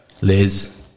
Liz